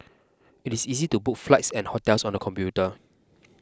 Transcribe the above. it is easy to book flights and hotels on the computer